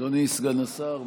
אדוני סגן השר,